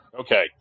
Okay